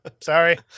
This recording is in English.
sorry